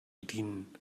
bedienen